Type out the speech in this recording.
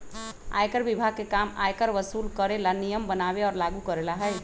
आयकर विभाग के काम आयकर वसूल करे ला नियम बनावे और लागू करेला हई